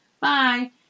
bye